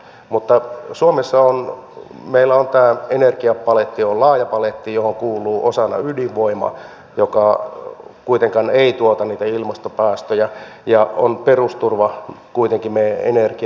mutta suomessa meillä tämä energiapaletti on laaja paletti johon kuuluu osana ydinvoima joka kuitenkaan ei tuota niitä ilmastopäästöjä ja on perusturva kuitenkin meidän energiatuotannollemme